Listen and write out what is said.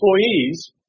employees